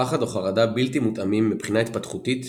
פחד או חרדה בלתי מותאמים מבחינה התפתחותית,